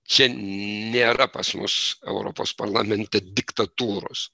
čia nėra pas mus europos parlamente diktatūros